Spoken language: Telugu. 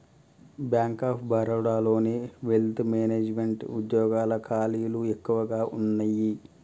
బ్యేంక్ ఆఫ్ బరోడాలోని వెల్త్ మేనెజమెంట్ వుద్యోగాల ఖాళీలు ఎక్కువగా వున్నయ్యి